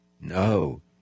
no